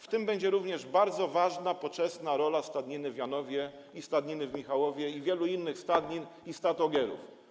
W tym będzie również bardzo ważna, poczesna rola stadniny w Janowie i stadniny w Michałowie, i wielu innych stadnin i stad ogierów.